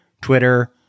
Twitter